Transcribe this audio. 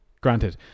granted